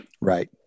right